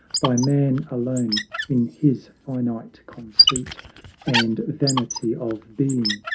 by man alone in his finite conceit and vanity of being,